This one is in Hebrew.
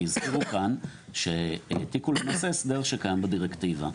כי הסבירו כאן שהעתיקו לנושא הסדר שקיים בדירקטיבה.